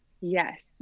Yes